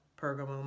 Pergamum